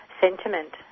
sentiment